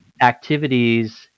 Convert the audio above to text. activities